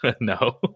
No